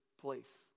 place